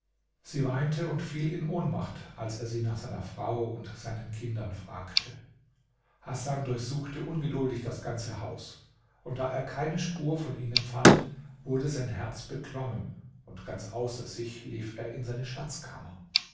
sie weinte und fiel in ohnmacht als er sie nach seiner frau und seinen kindern fragte hasan durchsuchte ungeduldig das ganze haus und da er keine spur von ihnen fand wurde sein herz beklommen und ganz außer sich lief er in seine schatzkammer